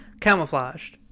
camouflaged